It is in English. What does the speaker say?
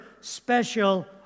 special